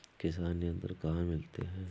किसान यंत्र कहाँ मिलते हैं?